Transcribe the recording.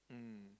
mm